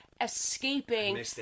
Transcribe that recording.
escaping